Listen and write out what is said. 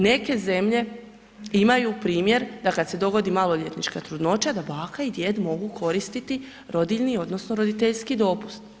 Neke zemlje imaju primjer da kad se dogodi maloljetnička trudnoća, da baka i djed mogu koristiti rodiljni odnosno roditeljski dopust.